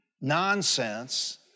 nonsense